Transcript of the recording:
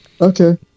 Okay